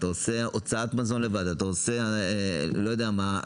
אתה עושה הוצאת מזון לבד או אני לא יודע מה,